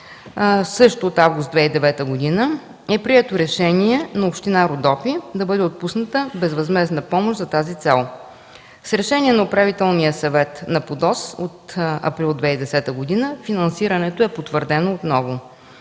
също от август 2009 г. е прието решение на община Родопи, да бъде отпусната безвъзмездна помощ за тази цел. С решение на Управителния съвет на ПУДООС от април 2010 г. финансирането е потвърдено отново.